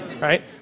Right